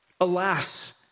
Alas